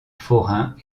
forains